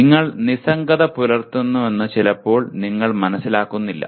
നിങ്ങൾ നിസ്സംഗത പുലർത്തുന്നുവെന്ന് ചിലപ്പോൾ നിങ്ങൾ മനസ്സിലാക്കുന്നില്ല